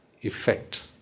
effect